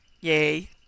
yay